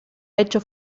hecho